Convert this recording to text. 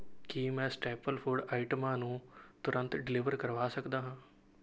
ਕੀ ਮੈਂ staple food ਆਈਟਮਾਂ ਨੂੰ ਤੁਰੰਤ ਡਿਲੀਵਰ ਕਰਵਾ ਸਕਦਾ ਹਾਂ